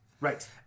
Right